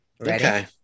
Okay